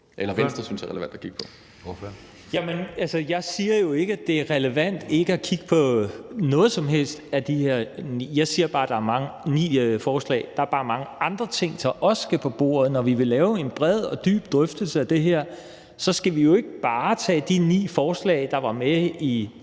Valentin (V): Jamen altså, jeg siger jo ikke, det er relevant ikke at kigge på nogen som helst af de her ni forslag. Der er bare mange andre ting, der også skal på bordet. Når vi vil lave en bred og dybdegående drøftelse af det her, skal vi jo ikke bare tage de ni forslag, der var med i